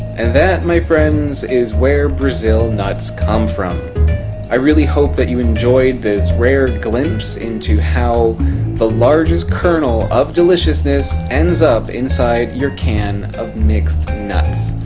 and that my friends is where brazil nuts come from i really hope that you enjoyed this rare glimpse into how the largest kernel of deliciousness ends up inside your can of mixed nuts